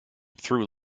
through